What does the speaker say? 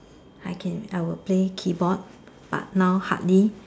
I can I'll play keyboard but now hardly